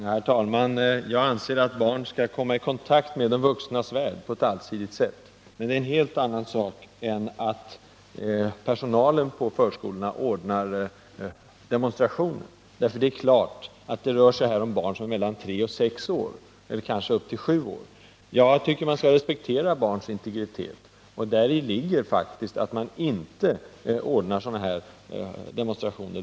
Herr talman! Jag anser att barn skall komma i kontakt med de vuxnas värld på ett allsidigt sätt, men det är en helt annan sak än att personalen på förskolorna ordnar demonstrationer. Det rör sig ju här om barn som är mellan tre och sju år. Jag tycker att man skall respektera barns integritet, och däri ligger faktiskt att man inte ordnar sådana här demonstrationer.